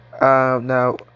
now